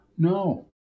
No